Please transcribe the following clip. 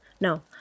No